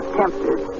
tempted